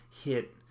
hit